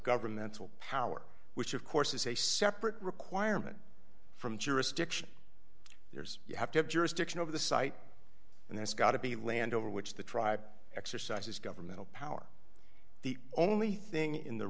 governmental power which of course is a separate requirement from jurisdiction there's you have to have jurisdiction over the site and there's got to be land over which the tribe exercises governmental power the only thing in the